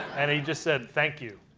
and he just said thank you.